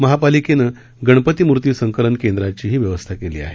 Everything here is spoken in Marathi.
महापालिकेनं गणपती मूर्ती संकलन केंद्रांचीही व्यवस्था केली आहे